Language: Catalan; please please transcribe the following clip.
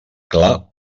gla